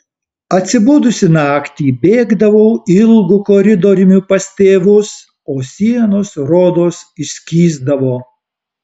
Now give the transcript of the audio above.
atsibudusi naktį bėgdavau ilgu koridoriumi pas tėvus o sienos rodos išskysdavo